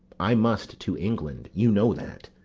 i must to england you know that?